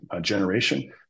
generation